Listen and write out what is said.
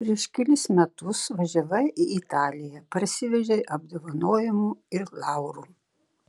prieš kelis metus važiavai į italiją parsivežei apdovanojimų ir laurų